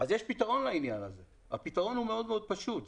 אז יש פתרון לעניין הזה והפתרון הוא מאוד מאוד פשוט.